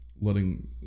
letting